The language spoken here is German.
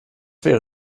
wäre